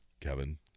Kevin